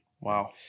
Wow